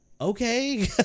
okay